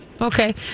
okay